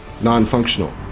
non-functional